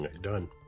Done